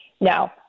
No